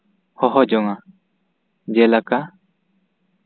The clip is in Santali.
ᱦᱚᱦᱚ ᱡᱚᱝᱼᱟ ᱡᱮᱞᱮᱠᱟ